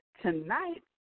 tonight